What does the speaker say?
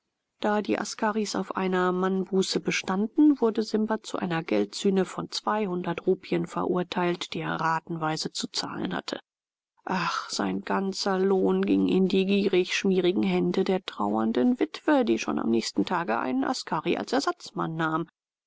da die askaris auf einer mannbuße bestanden wurde simba zu einer geldsühne von zweihundert rupien verurteilt die er ratenweise zu zahlen habe ach sein ganzer lohn ging in die gierig schmierigen hände der trauernden witwe die schon am nächsten tage einen askari als ersatzmann nahm